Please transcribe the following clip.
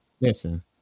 Listen